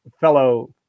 fellow